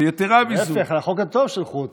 ויתרה מזו, להפך, על החוק הטוב שלחו אותי.